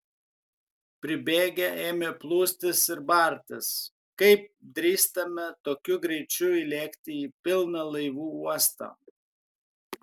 pribėgę ėmė plūstis ir bartis kaip drįstame tokiu greičiu įlėkti į pilną laivų uostą